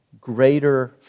greater